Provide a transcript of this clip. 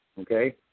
Okay